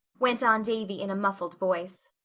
went on davy in a muffled voice.